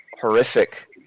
horrific